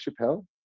Chappelle